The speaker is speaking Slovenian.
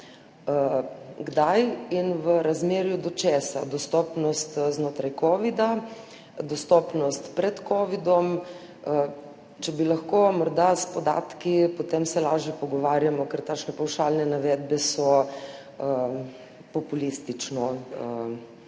Kdaj in v razmerju do česa? Dostopnost znotraj covida, dostopnost pred covidom? Če bi lahko morda s podatki, potem se lažje pogovarjamo. Ker takšne pavšalne navedbe so populistična